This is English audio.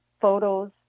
photos